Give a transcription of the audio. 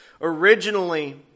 Originally